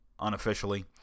unofficially